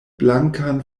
blankan